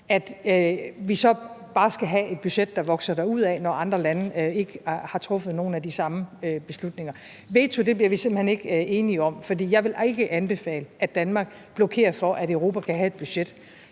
så bare skal have et budget, der vokser derudad, når andre lande ikke har truffet nogle af de samme beslutninger. Veto bliver vi simpelt hen ikke enige om, for jeg vil ikke anbefale, at Danmark blokerer for, at Europa kan have et budget.